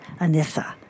Anissa